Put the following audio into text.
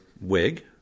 wig